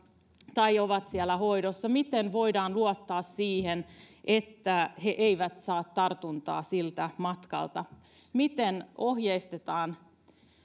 tai ovat siellä hoidossa miten voidaan luottaa siihen että he eivät saa tartuntaa siltä matkalta miten ohjeistetaan